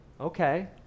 Okay